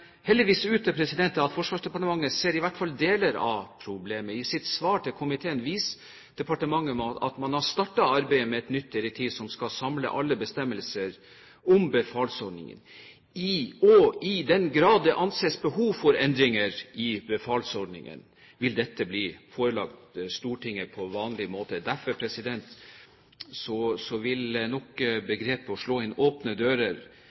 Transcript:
heldigvis ut til at Forsvarsdepartementet i hvert fall ser deler av problemet. I sitt svar til komiteen viser departementet til at man har startet arbeidet med et nytt direktiv som skal samle alle bestemmelser om befalsordningen. I den grad det anses behov for endringer i befalsordningen, vil dette bli forelagt Stortinget på vanlig måte. Derfor vil nok begrepet «å slå inn åpne dører»